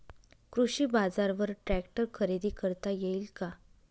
कृषी बाजारवर ट्रॅक्टर खरेदी करता येईल का?